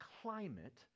climate